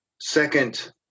second